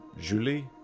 Julie